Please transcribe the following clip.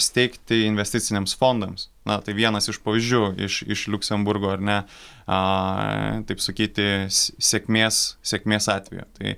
steigti investiciniams fondams na tai vienas iš pavyzdžių iš iš liuksemburgo ar ne a taip sakyti sėkmės sėkmės atveju tai